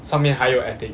上面还有 attic